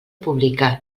pública